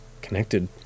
connected